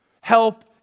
help